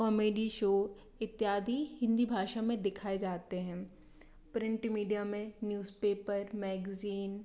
comedy show इत्यादी हिंदी भाषा में दिखए जाते हैं प्रिंट मिडीया में न्यूज़पेपर मेगज़ीन